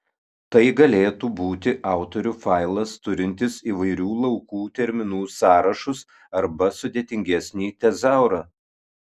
tai galėtų būti autorių failas turintis įvairių laukų terminų sąrašus arba sudėtingesnį tezaurą